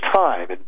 time